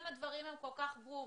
אם הדברים הם כל כך ברורים,